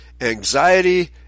anxiety